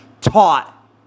taught